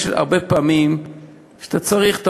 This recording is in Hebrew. יש הרבה פעמים שאתה צריך,